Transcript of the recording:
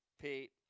Pete